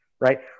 right